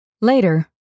Later